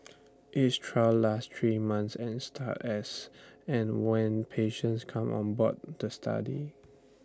each trial last three months and start as and when patients come on board the study